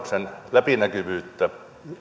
läpinäkyvyyttä